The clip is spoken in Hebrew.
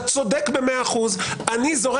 אתה צודק ב-100 אחוזים.